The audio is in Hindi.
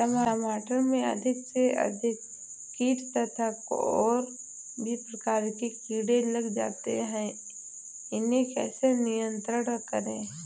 टमाटर में अधिक से अधिक कीट तथा और भी प्रकार के कीड़े लग जाते हैं इन्हें कैसे नियंत्रण करें?